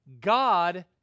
God